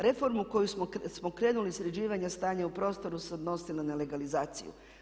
Reformu koju smo krenuli sređivanja stanja u prostoru se odnosi na nelegalizaciju.